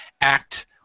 act